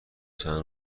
چند